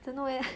don't know leh